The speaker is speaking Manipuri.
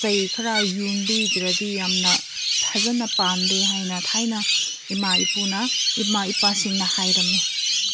ꯆꯩ ꯈꯔ ꯌꯨꯡꯕꯤꯗ꯭ꯔꯗꯤ ꯌꯥꯝꯅ ꯐꯖꯅ ꯄꯥꯟꯗꯦ ꯍꯥꯏꯅ ꯊꯥꯏꯅ ꯏꯃꯥ ꯏꯄꯨꯅ ꯏꯃꯥ ꯏꯄꯥꯁꯤꯡꯅ ꯍꯥꯏꯔꯝꯃꯤ